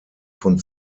von